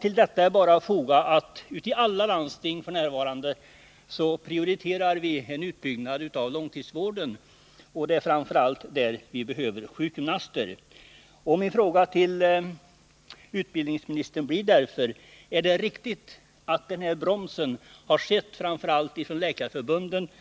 Till detta är bara att tillägga, att i alla landsting prioriterar vi f. n. en utbyggnad av långtidsvården, och det är framför allt där vi behöver sjukgymnaster. Min fråga till utbildningsministern blir därför: Är det riktigt att det framför allt är Läkarförbundet som